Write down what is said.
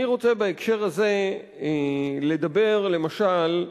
אני רוצה בהקשר הזה לדבר, למשל,